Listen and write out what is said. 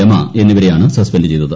രമ എന്നിവരെയാണ് സസ്പെൻഡ് ചെയ്തത്